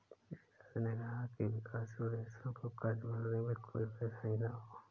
मिराज ने कहा कि विकासशील देशों को कर्ज मिलने में कोई परेशानी न हो